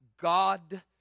God